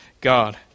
God